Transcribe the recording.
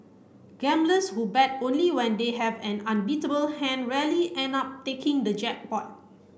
gamblers who bet only when they have an unbeatable hand rarely end up taking the jackpot